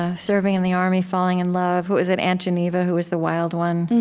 ah serving in the army, falling in love. who was it aunt geneva who was the wild one,